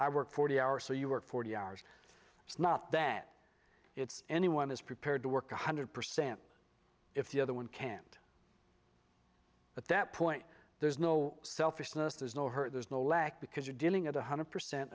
i work forty hours so you work forty hours it's not that it's any one is prepared to work one hundred percent if the other one can't but that point there's no selfishness there's no hurt there's no lack because you're dealing at one hundred percent